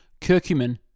Curcumin